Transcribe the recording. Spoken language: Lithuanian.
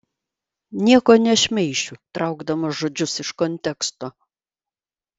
nieko nešmeišiu traukdamas žodžius iš konteksto